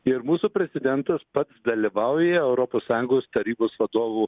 ir mūsų prezidentas pats dalyvauja europos sąjungos tarybos vadovų